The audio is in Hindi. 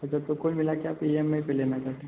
अच्छा तो कुल मिला के आप इ एम आई पे लेना चाहते हैं